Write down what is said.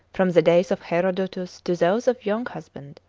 from the days of herodotus to those of younghusband,